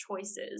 choices